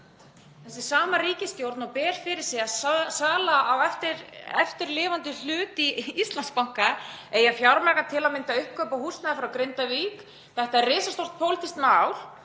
Þessi sama ríkisstjórn ber fyrir sig að sala á eftirlifandi hlut í Íslandsbanka eigi að fjármagna til að mynda uppkaup á húsnæði frá Grindavík. Þetta er risastórt pólitískt mál.